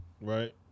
Right